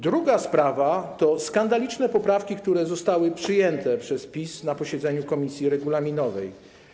Druga sprawa to skandaliczne poprawki, które zostały przyjęte przez PiS na posiedzeniu komisji regulaminowej.